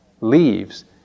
leaves